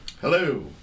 hello